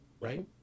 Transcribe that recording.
Right